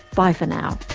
bye for now